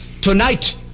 Tonight